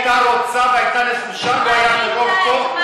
אם היא הייתה רוצה והייתה נחושה לא היו גנבות פה,